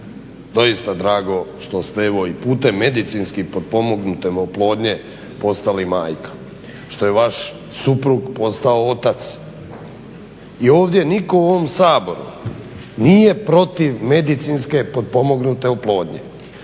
doista drago što ste evo i putem medicinski potpomognute oplodnje postali majka, što je vaš suprug postao otac i ovdje nitko u ovom Saboru nije protiv medicinske potpomognute oplodnje.